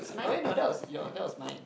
oh eh no that was your that was my